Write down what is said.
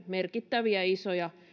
merkittäviä isoja